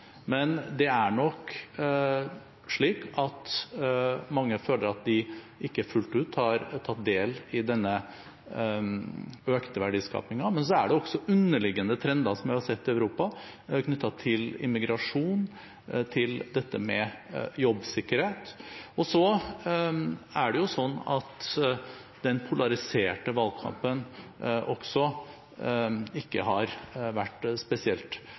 Men det er nok slik at mange føler at de ikke fullt ut har tatt del i denne økte verdiskapingen. Men så er det også underliggende trender som vi har sett i Europa – knyttet til immigrasjon, til dette med jobbsikkerhet. Den polariserte valgkampen har heller ikke vært spesielt behjelpelig når det gjelder å se de virkelige perspektivene. Det har